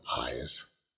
eyes